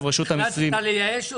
החלטת לייאש אותי?